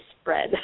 spread